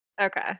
Okay